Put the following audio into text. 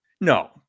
No